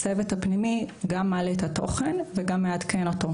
הצוות הפנימי גם מעלה את התוכן וגם מעדכן אותו,